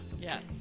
Yes